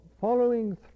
following